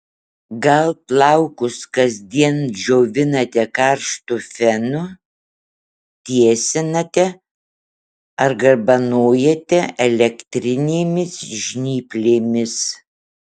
gal plaukus kasdien džiovinate karštu fenu tiesinate ar garbanojate elektrinėmis žnyplėmis